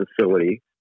facility